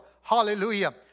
hallelujah